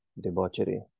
debauchery